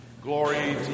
Glory